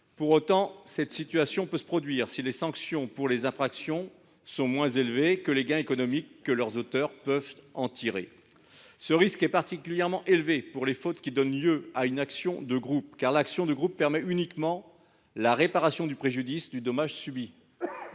Pour autant, elle peut se produire si les sanctions des infractions sont moins élevées que les gains économiques que leurs auteurs peuvent en tirer. Ce risque est particulièrement élevé pour les fautes qui donnent lieu à une action de groupe, laquelle permet uniquement de réparer le préjudice subi.